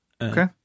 Okay